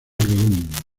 algodón